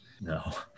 no